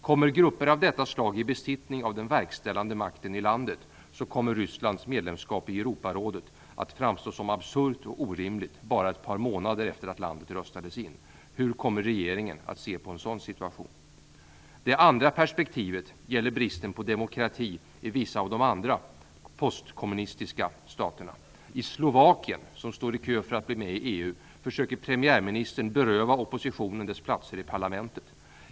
Kommer grupper av detta slag i besittning av den verkställande makten i landet så kommer Rysslands medlemskap i Europarådet att framstå som absurt och orimligt bara ett par månader efter det att landet röstades in. Hur kommer regeringen att se på en sådan situation? Det andra perspektivet gäller bristen på demokrati i vissa av de andra postkommunistiska staterna. I Slovakien, som står i kö för att bli medlem i EU, försöker premiärministern beröva oppositionen dess platser i parlamentet.